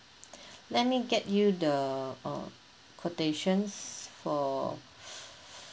let me get you the uh quotations for